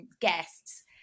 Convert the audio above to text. guests